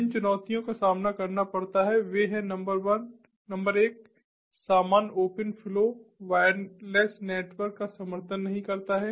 जिन चुनौतियों का सामना करना पड़ता है वे हैं नंबर एक सामान्य ओपन फ्लो वायरलेस नेटवर्क का समर्थन नहीं करता है